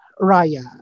Raya